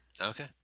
Okay